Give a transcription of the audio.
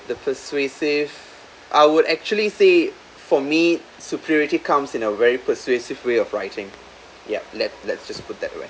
the persuasive I would actually say for me superiority comes in a very persuasive way of writing ya let let's just put that right